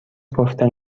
گفتن